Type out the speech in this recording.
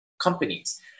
companies